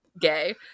gay